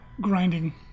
grinding